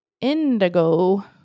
Indigo